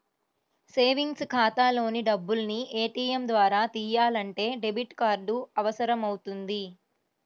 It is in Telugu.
సేవింగ్స్ ఖాతాలోని డబ్బుల్ని ఏటీయం ద్వారా తియ్యాలంటే డెబిట్ కార్డు అవసరమవుతుంది